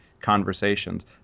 conversations